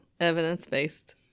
evidence-based